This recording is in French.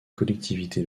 collectivités